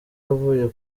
avuye